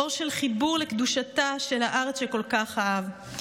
אור של חיבור לקדושתה של הארץ שכל כך אהב.